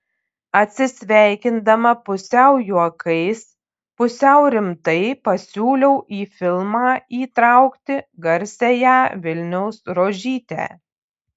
atsisveikindama pusiau juokais pusiau rimtai pasiūlau į filmą įtraukti garsiąją vilniaus rožytę